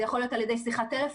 זה יכול להיות על ידי שיחת טלפון,